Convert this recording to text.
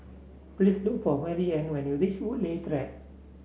please look for Marianne when you reach Woodleigh Track